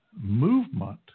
movement